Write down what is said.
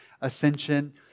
ascension